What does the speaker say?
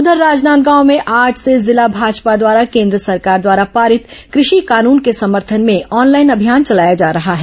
उधर राजनांदगांव में आज से जिला भाजपा द्वारा केन्द्र सरकार द्वारा पारित कृषि कानून के समर्थन में ऑनलाइन अभियान चलाया जा रहा है